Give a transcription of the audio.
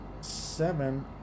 seven